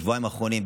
בשבועיים האחרונים,